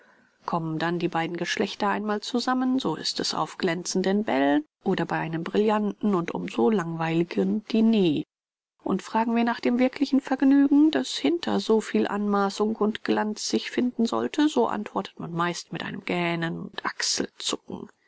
kommen dann die beiden geschlechter einmal zusammen so ist es auf glänzenden bällen oder bei einem brillanten und um so langweiligeren diner und fragen wir nach dem wirklichen vergnügen das hinter so viel anmaßung und glanz sich finden sollte so antwortet man meist mit einem gähnen